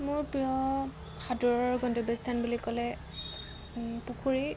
মোৰ প্ৰিয় সাঁতোৰৰ গন্তব্য স্থান বুলি ক'লে পুখুৰী